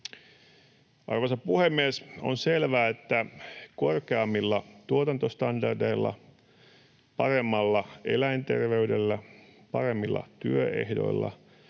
Arvoisa puhemies! On selvää, että korkeammilla tuotantostandardeilla, paremmalla eläinterveydellä, paremmilla työehdoilla,